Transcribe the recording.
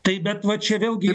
tai bet va čia vėlgi